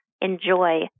enjoy